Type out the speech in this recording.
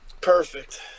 Perfect